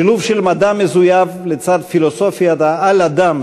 שילוב של מדע מזויף לצד פילוסופיית ה"על-אדם"